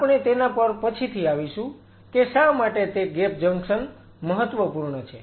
આપણે તેના પર પછીથી આવીશું કે શા માટે તે ગેપ જંકશન મહત્વપૂર્ણ છે